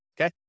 okay